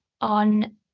on